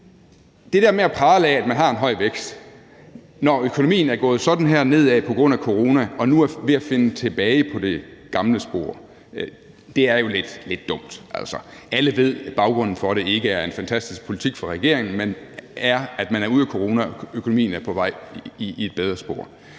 der med at prale af, at man har en høj vækst, når økonomien er gået sådan nedad på grund af corona og nu er ved at finde tilbage på det gamle spor, er jo lidt dumt. Altså, alle ved jo, at baggrunden for det ikke er en fantastisk politik fra regeringen, men er, at man er ude af corona og økonomien er på vej i et bedre spor.